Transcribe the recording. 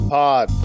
pod